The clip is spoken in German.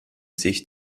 sich